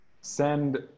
send